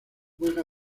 juega